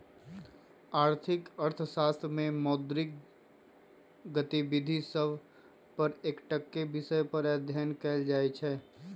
आर्थिक अर्थशास्त्र में मौद्रिक गतिविधि सभ पर एकटक्केँ विषय पर अध्ययन कएल जाइ छइ